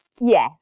Yes